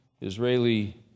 Israeli